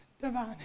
divine